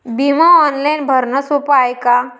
बिमा ऑनलाईन भरनं सोप हाय का?